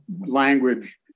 language